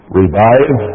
revive